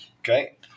Okay